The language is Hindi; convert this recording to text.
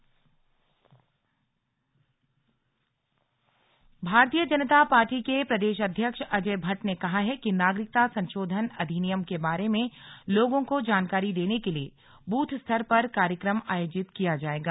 स्लग भाजपा सीएए भारतीय जनता पार्टी के प्रदेश अध्यक्ष अजय भट्ट ने कहा है कि नागरिकता संशोधन अधिनियम के बारे में लोगों को जानकारी देने के लिए बूथ स्तर पर कार्यक्रम आयोजित किया जाएगा